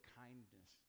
kindness